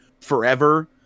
forever